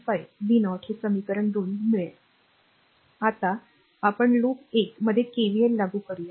5 v0 हे समीकरण 2 मिळेल आता आपण लूप 1 मध्ये केव्हीएललागू करूया